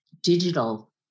digital